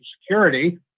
Security